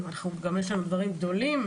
עכשיו את הדבר הזה אפשר למנוע בדרך אחת